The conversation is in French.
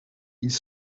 ils